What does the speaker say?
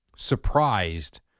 Surprised